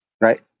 right